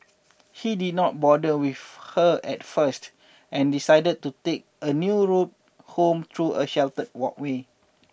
he did not bother with her at first and decided to take a new route home through a sheltered walkway